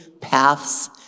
paths